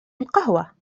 القهوة